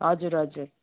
हजुर हजुर